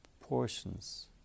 portions